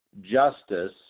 justice